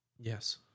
Yes